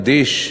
אדיש.